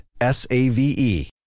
S-A-V-E